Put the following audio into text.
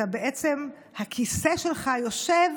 הכיסא שלך יושב